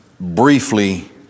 briefly